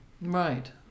Right